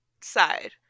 side